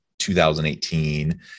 2018